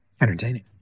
entertaining